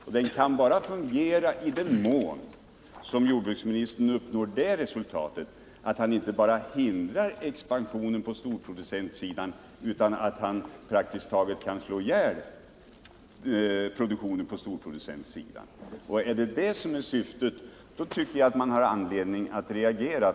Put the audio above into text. Systemet kan bara fungera i den mån jordbruksministern uppnår det resultatet att han inte bara hindrar storproducenternas expansion utan praktiskt taget slår ihjäl produktionen på den sidan. Om detta är syftet, då tycker jag att man har anledning att reagera.